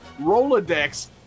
Rolodex